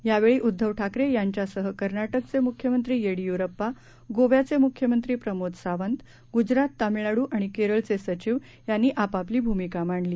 यावेळी उद्धव ठाकरे यांच्यासह कर्नाटकचे मुख्यमंत्री येडीयुरप्पा गोव्याचे मुख्यमंत्री प्रमोद सावंत गुजरात तामिळनाडू आणि केरळचे सचिव यांनी आपापली भूमिका मांडली